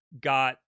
got